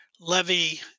Levy